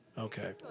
Okay